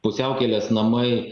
pusiaukelės namai